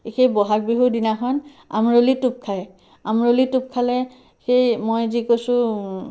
সেই বহাগ বিহুৰ দিনাখন আমৰলি টোপ খায় আমৰলি টোপ খালে সেই মই যি কৈছোঁ